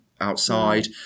outside